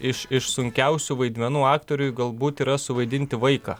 iš iš sunkiausių vaidmenų aktoriui galbūt yra suvaidinti vaiką